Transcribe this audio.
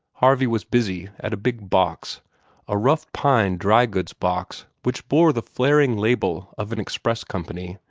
harvey was busy at a big box a rough pine dry-goods box which bore the flaring label of an express company,